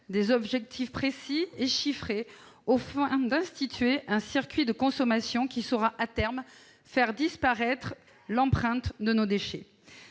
des objectifs précis et chiffrés, afin d'instituer un circuit de consommation de nature à faire disparaître, à terme, l'empreinte de nos déchets.